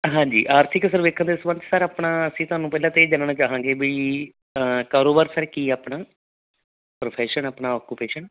ਹਾਂਜੀ ਆਰਥਿਕ ਸਰਵੇਖਣ ਦੇ ਸੰਬੰਧ ਸਰ ਆਪਣਾ ਅਸੀਂ ਤੁਹਾਨੂੰ ਪਹਿਲਾਂ ਤਾਂ ਇਹ ਜਾਣਨਾ ਚਾਹਾਂਗੇ ਬੀ ਕਾਰੋਬਾਰ ਸਰ ਕੀ ਆਪਣਾ ਪ੍ਰੋਫੈਸ਼ਨ ਆਪਣਾ ਆਕੂਪੇਸ਼ਨ